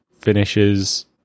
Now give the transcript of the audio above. finishes